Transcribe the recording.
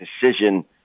decision